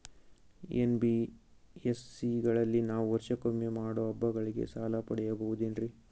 NBSC ಗಳಲ್ಲಿ ನಾವು ವರ್ಷಕೊಮ್ಮೆ ಮಾಡೋ ಹಬ್ಬಗಳಿಗೆ ಸಾಲ ಪಡೆಯಬಹುದೇನ್ರಿ?